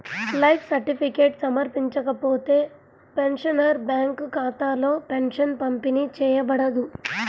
life certificate సమర్పించకపోతే, pensioner bank ఖాతాలో pension పంపిణీ చేయబడదు